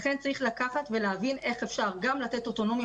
צריך לראות איך אפשר גם לתת אוטונומיה